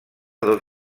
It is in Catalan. dos